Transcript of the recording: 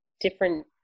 different